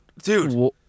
dude